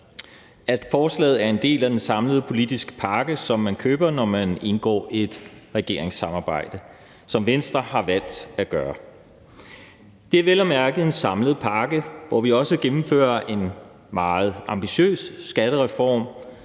at forslaget er en del af en samlet politisk pakke, som man køber, når man indgår et regeringssamarbejde, som Venstre har valgt at gøre. Det er vel at mærke en samlet pakke, hvor vi også gennemfører en meget ambitiøs skattereform,